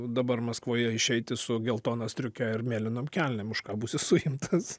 dabar maskvoje išeiti su geltona striuke ir mėlynom kelnėm už ką būsi suimtas